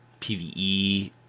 PvE